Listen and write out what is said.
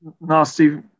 nasty